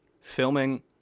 filming